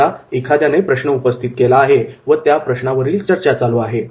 समजा एखाद्याने प्रश्न उपस्थित केला आहे व त्या प्रश्नावरील चर्चा चालू आहे